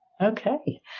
Okay